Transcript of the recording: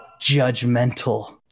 judgmental